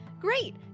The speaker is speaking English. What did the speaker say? Great